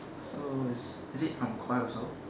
so it's is it from koi also